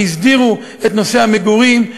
שהסדירה את נושא המגורים,